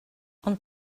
ond